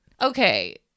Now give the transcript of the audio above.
Okay